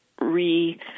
re